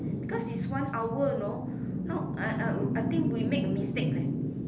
because it's one hour know no uh uh I think we make a mistake leh